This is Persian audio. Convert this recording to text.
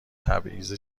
تبعیض